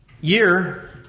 year